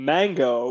Mango